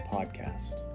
Podcast